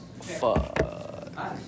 Fuck